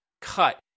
cut